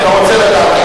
טוב.